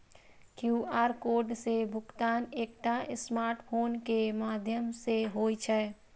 QR code सं भुगतान एकटा स्मार्टफोन के माध्यम सं होइ छै